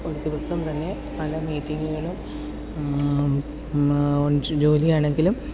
ഒരു ദിവസം തന്നെ പല മീറ്റിംഗുകളും ജോലി ആണെങ്കിലും